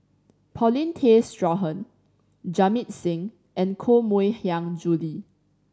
Paulin Tay Straughan Jamit Singh and Koh Mui Hiang Julie